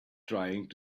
trying